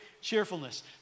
cheerfulness